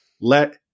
let